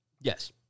Yes